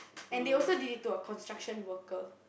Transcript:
and they also did it to a construction worker